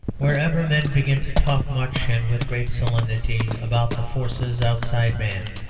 wherever men begin to talk much and with great solemnity about the forces outside man,